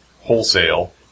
wholesale